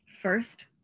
First